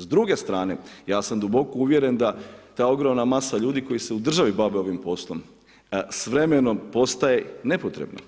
S druge strane, ja sam duboko uvjeren, da ta ogromna masa ljudi, koja se u državi bave ovim poslom s vremenom postaje nepotrebna,